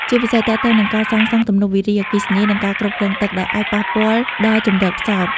ជាពិសេសទាក់ទងនឹងការសាងសង់ទំនប់វារីអគ្គិសនី និងការគ្រប់គ្រងទឹក ដែលអាចប៉ះពាល់ដល់ជម្រកផ្សោត។